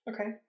Okay